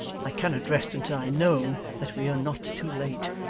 i cannot rest until i know that we are not too late.